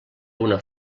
una